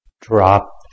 drop